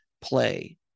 play